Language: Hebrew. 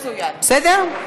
בסדר?